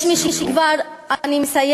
יש מי שכבר, אני מסיימת,